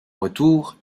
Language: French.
retour